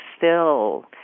fill